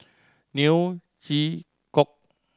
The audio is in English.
Neo Chwee Kok